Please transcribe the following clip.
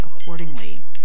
accordingly